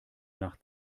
nach